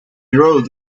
wrote